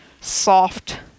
soft